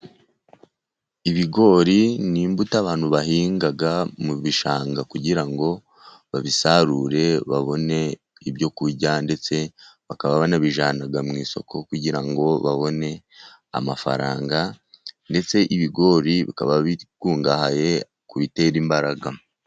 Ibigori ni imbuto abantu bahinga mu bishanga, kugira ngo babisarure babone ibyo kurya, ndetse bakaba banabijyana mu isoko kugira ngo babone amafaranga. Ndetse ibigori bikaba bikungahaye ku bitera imbaraga.